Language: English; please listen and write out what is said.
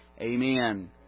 Amen